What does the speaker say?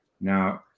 now